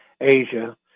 Asia